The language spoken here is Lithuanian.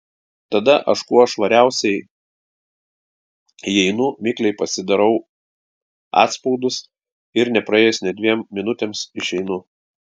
tada aš kuo švariausiai įeinu mikliai pasidarau atspaudus ir nepraėjus nė dviem minutėms išeinu